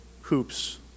hoops